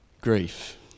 grief